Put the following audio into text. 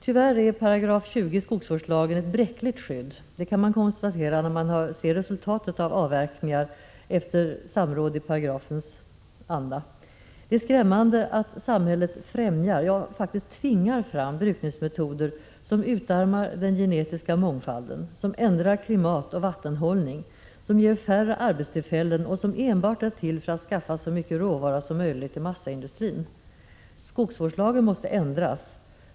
Tyvärr är 20 § skogsvårdslagen ett bräckligt skydd; det kan man konstatera när man ser resultatet av avverkningar efter samråd i paragrafens anda. Det är skrämmande att samhället främjar — ja, faktiskt tvingar fram — brukningsmetoder som utarmar den genetiska mångfalden, som ändrar klimat och vattenhållning, som ger färre arbetstillfällen och som enbart är till för att skaffa så mycket råvara som möjligt till massaindustrin. Skogsvårdslagen måste ändras!